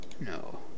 No